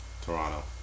Toronto